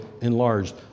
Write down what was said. enlarged